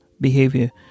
behavior